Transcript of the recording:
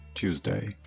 Tuesday